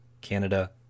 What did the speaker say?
Canada